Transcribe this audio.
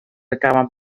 acaban